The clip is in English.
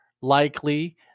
likely